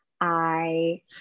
I-